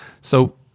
So-